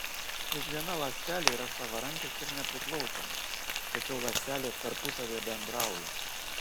kiekviena ląstelė yra savarankiška ir nepriklausoma tačiau ląstelės tarpusavyje bendrauja